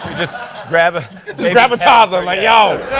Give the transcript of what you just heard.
just grab a grab a toddler. like,